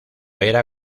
era